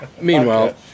Meanwhile